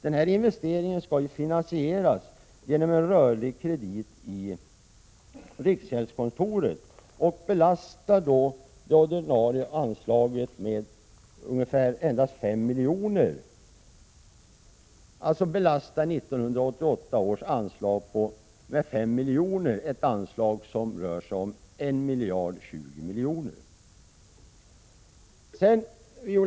Den föreslagna investeringen skall finansieras inom en rörlig kredit vid riksgäldskontoret och belastar det ordinarie anslaget för budgetåret 1987/88 på 1 020 milj.kr. med endast fem miljoner per år.